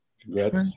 Congrats